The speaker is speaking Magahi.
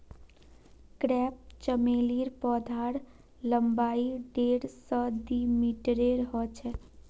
क्रेप चमेलीर पौधार लम्बाई डेढ़ स दी मीटरेर ह छेक